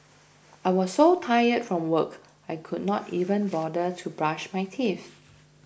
I was so tired from work I could not even bother to brush my teeth